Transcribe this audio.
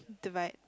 divide